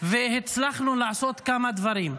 והצלחנו לעשות כמה דברים.